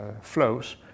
flows